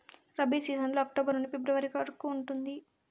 rabi season October నుండి February వరకు ఉంటుంది